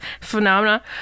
phenomena